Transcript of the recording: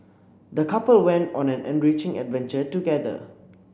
the couple went on an enriching adventure together